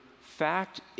fact